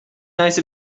nice